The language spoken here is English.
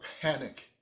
panic